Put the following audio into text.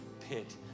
pit